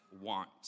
want